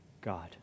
God